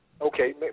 Okay